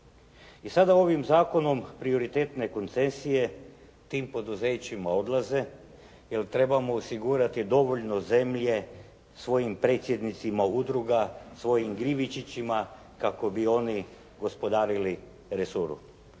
I sada ovim zakonom prioritetne koncesije tim poduzećima odlaze, jer trebamo osigurati dovoljno zemlje svojim predsjednicima udruga, svojim … /Govornik se ne razumije./ … kako bi oni gospodarili resorom.